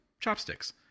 chopsticks